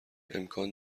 امکان